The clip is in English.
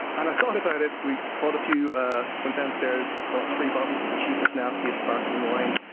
i thought about it, we bought a few went downstairs, bought three bottles of the cheapest, nastiest sparkling wine,